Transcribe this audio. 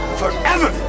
forever